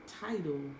title